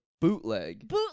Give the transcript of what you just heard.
bootleg